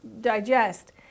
digest